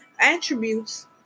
attributes